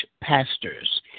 pastors